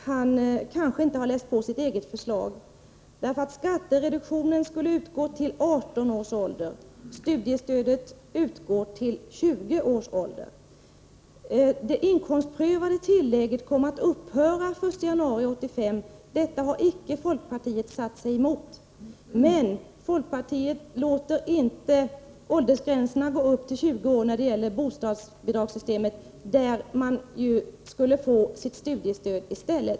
Herr talman! Till Kenth Skårvik måste jag säga att han tydligen inte läst på sitt eget förslag. Skattereduktionen skulle utgå till 18 års ålder, medan studiestödet utgår till 20 års ålder. Det inkomstprövade tillägget kommer att upphöra den 1 januari 1985. Detta har folkpartiet icke satt sig emot. Men folkpartiet vill inte höja åldersgränsen upp till 20 år när det gäller bostadsbidraget. Där skulle i stället studiestöd utgå.